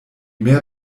mehr